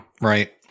right